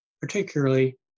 particularly